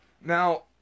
Now